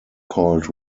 called